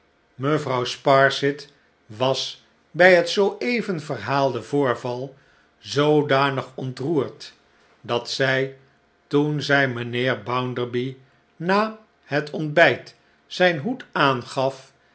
mevrouw sparsit was bij het zoo even verhaalde voorval zoodanig ontroerd dat zij toen zij mijnheer bounderby na het ontbijt zijn hoed aangaf